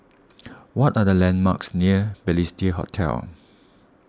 what are the landmarks near Balestier Hotel